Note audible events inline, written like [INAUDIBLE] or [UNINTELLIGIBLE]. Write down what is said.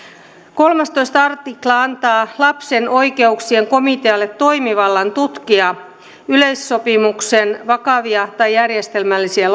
kolmastoista artikla antaa lapsen oikeuksien komitealle toimivallan tutkia yleissopimuksen vakavia tai järjestelmällisiä [UNINTELLIGIBLE]